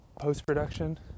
post-production